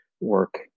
work